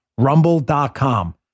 rumble.com